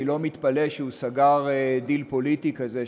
אני לא מתפלא שהוא סגר דיל פוליטי כזה,